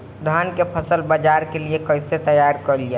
धान के फसल बाजार के लिए कईसे तैयार कइल जाए?